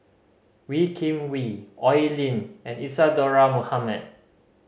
Wee Kim Wee Oi Lin and Isadhora Mohamed